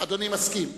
אדוני מסכים.